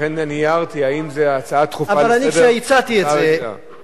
לכן הערתי אם זו הצעה דחופה לסדר או הצעה רגילה.